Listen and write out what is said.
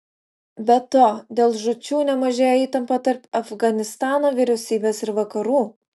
be to dėl žūčių nemažėja įtampa tarp afganistano vyriausybės ir vakarų